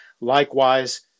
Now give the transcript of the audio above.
Likewise